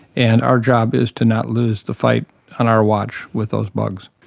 and our job is to not lose the fight on our watch with those bugs.